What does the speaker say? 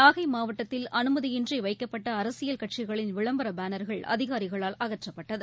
நாகை மாவட்டத்தில் அனுமதியின்றி வைக்கப்பட்ட அரசியல் கட்சிகளின் விளம்பர பேனர்கள் அதிகாரிகளால் அகற்றப்பட்டது